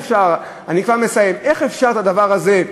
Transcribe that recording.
אני כבר מסיים איך אפשר את הדבר הזה,